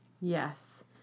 Yes